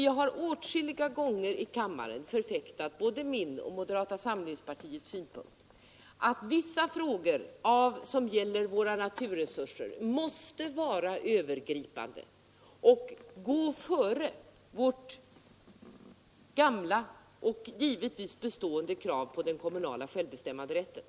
Jag har åtskilliga gånger i kammaren förfäktat både min och moderata samlingspartiets synpunkt, att vissa frågor som gäller våra naturresurser måste vara övergripande och gå före vårt gamla och givetvis bestående krav på den kommunala självbestämmanderätten.